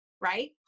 right